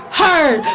heard